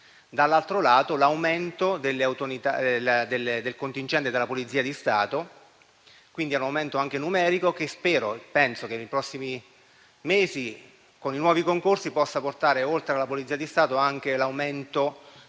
riguarda l'aumento del contingente della Polizia di Stato; un aumento anche numerico che spero nei prossimi mesi, con i nuovi concorsi, possa portare, oltre alla Polizia di Stato, anche l'aumento dei